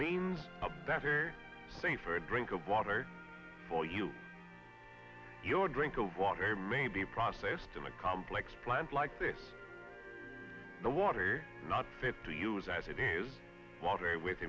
means a better safer drink of water for you your drink of water may be processed in a complex plant like this the water not fit to use as it is watery with